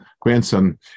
grandson